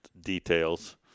details